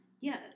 Yes